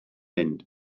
mynd